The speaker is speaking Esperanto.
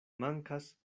mankas